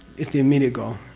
is the immediate goal.